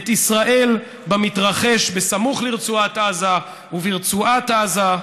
את ישראל במתרחש בסמוך לרצועת עזה וברצועת עזה.